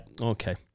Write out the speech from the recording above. Okay